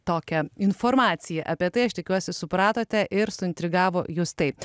tokią informaciją apie tai aš tikiuosi supratote ir suintrigavo jus taip